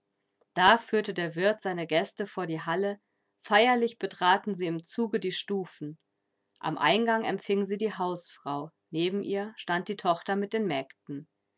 da führte der wirt seine gäste vor die halle feierlich betraten sie im zuge die stufen am eingang empfing sie die hausfrau neben ihr stand die tochter mit den mägden